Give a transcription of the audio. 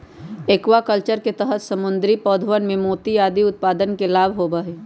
aquaculture के तहद मछली, समुद्री पौधवन एवं मोती आदि उत्पादन के लाभ होबा हई